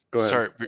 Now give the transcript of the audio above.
Sorry